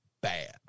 bad